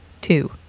two